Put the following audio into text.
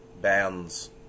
bands